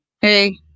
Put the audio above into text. Hey